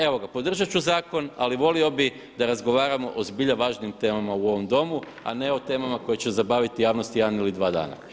Evo ga, podržat ću zakon ali volio bih da razgovaramo o zbilja važnim temama u ovom Domu, a ne o temama koje će zabaviti javnost jedan ili dva dana.